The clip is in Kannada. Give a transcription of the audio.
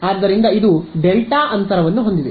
ಆದ್ದರಿಂದ ಇದು ಡೆಲ್ಟಾ ಅಂತರವನ್ನು ಹೊಂದಿದೆ